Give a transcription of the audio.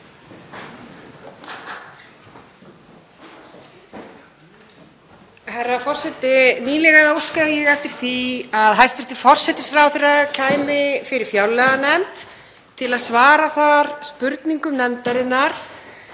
Herra forseti. Nýlega óskaði ég eftir því að hæstv. forsætisráðherra kæmi fyrir fjárlaganefnd til að svara þar spurningum nefndarinnar,